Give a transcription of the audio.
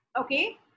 Okay